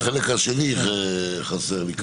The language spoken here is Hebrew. החלק השני חסר כאן.